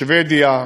שבדיה,